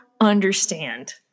understand